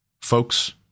folks